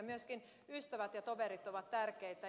myöskin ystävät ja toverit ovat tärkeitä